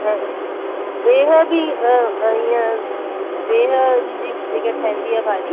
त बिह बि ईअं बिहनि जी जेकी ठहंदी आहे भाॼी